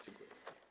Dziękuję.